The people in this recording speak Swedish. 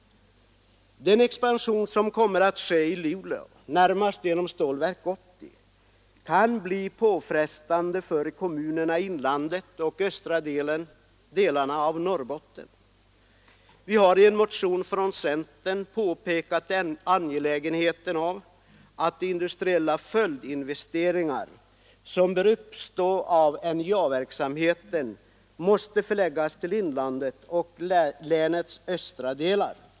Den expansion som kommer att ske i Luleå, närmast genom Stålverk 80, kan bli påfrestande för kommunerna i inlandet och östra delarna av Norrbotten. Vi har i en motion från centern påpekat det angelägna i att de industriella följdinvesteringar som bör uppstå av NJA-verksamheten förläggs till inlandet och länets östra delar.